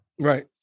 right